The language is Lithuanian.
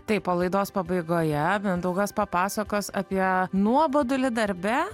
taip o laidos pabaigoje mindaugas papasakos apie nuobodulį darbe